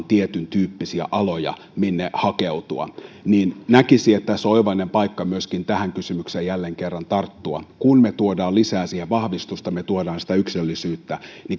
tietyntyyppisiä aloja minne hakeutua näkisin että tässä on oivallinen paikka myöskin tähän kysymykseen jälleen kerran tarttua kun me tuomme siihen lisää vahvistusta me tuomme yksilöllisyyttä